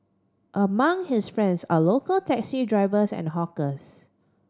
among his friends are local taxi drivers and hawkers